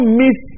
miss